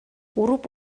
уруп